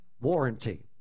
warranty